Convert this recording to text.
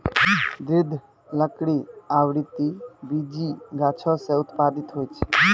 दृढ़ लकड़ी आवृति बीजी गाछो सें उत्पादित होय छै?